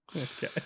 Okay